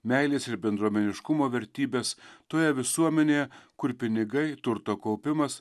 meilės ir bendruomeniškumo vertybes toje visuomenėje kur pinigai turto kaupimas